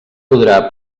podrà